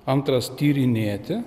antras tyrinėti